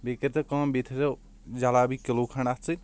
بیٚیہِ کٔرۍتو کٲم بیٚیہِ تھٲیزٮ۪و جلیبی کلو کھنٛڈ اتھ سۭتۍ